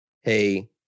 hey